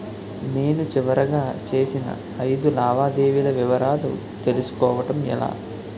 నేను చివరిగా చేసిన ఐదు లావాదేవీల వివరాలు తెలుసుకోవటం ఎలా?